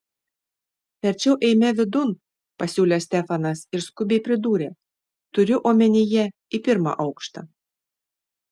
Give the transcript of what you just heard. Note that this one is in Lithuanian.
verčiau eime vidun pasiūlė stefanas ir skubiai pridūrė turiu omenyje į pirmą aukštą